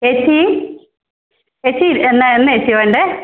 ഏച്ചീ ഏച്ചീ എന്താ എന്താ ഏച്ചി വേണ്ടേ